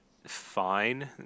fine